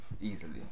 easily